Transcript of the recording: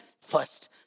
first